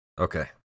Okay